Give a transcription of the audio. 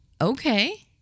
Okay